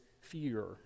fear